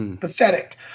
Pathetic